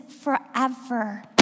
forever